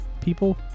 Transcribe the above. people